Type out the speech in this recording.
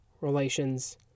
Relations